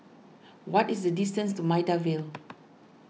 what is the distance to Maida Vale